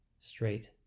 straight